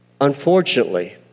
Unfortunately